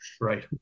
Right